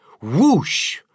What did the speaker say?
Whoosh